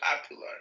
popular